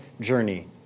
journey